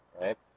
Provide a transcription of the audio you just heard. right